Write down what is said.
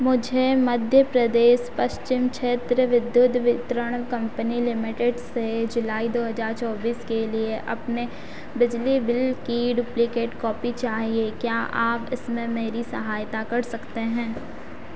मुझे मध्य प्रदेश पश्चिम क्षेत्र विद्युत वितरण कम्पनी लिमिटेड से जुलाई दो हज़ार चौबीस के लिए अपने बिजली बिल की डुप्लिकेट कॉपी चाहिए क्या आप इसमें मेरी सहायता कर सकते हैं